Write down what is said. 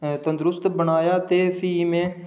तंदरुस्त बनाया ते फ्ही मैं